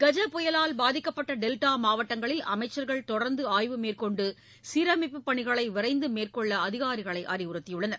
கஜா புயலால் பாதிக்கப்பட்ட டெல்டா மாவட்டங்களில் அமைச்சர்கள் தொடர்ந்து ஆய்வு மேற்கொண்டு சீரமைப்புப் பணிகளை விரைந்து மேற்கொள்ள அதிகாரிகளை அறிவுறுத்தியுள்ளனர்